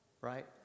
right